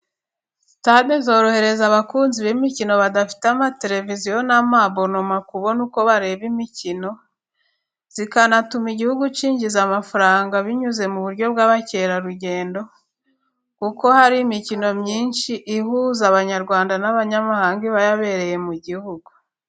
Sitade zorohereza abakunzi b'imikino badafite amateleviziyo n'ama bonoma kubona uko bareba imikino, zikanatuma igihugu cyinjiza amafaranga binyuze mu buryo bw'abakerarugendo, kuko hari imikino myinshi ihuza abanyarwanda n'abanyamahanga iba yabereye mu gihugu.